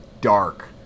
dark